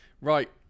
right